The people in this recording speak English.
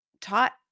taught